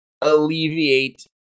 alleviate